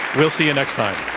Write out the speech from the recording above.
we'll see you next time.